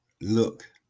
look